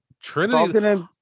Trinity